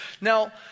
Now